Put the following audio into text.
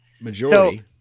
majority